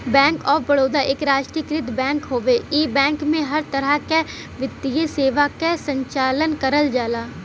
bank of Baroda एक राष्ट्रीयकृत bank हउवे इ बैंक में हर तरह क वित्तीय सेवा क संचालन करल जाला